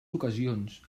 ocasions